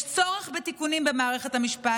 יש צורך בתיקונים במערכת המשפט,